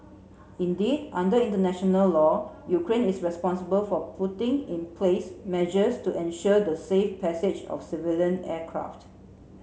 indeed under international law Ukraine is responsible for putting in place measures to ensure the safe passage of civilian aircraft